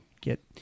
get